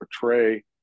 portray